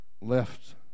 left